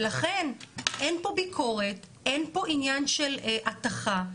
ולכן אין פה ביקורת, אין פה עניין של הטחה.